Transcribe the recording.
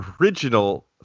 original